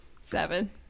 Seven